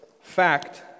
fact